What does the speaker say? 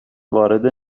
وارد